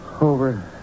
Over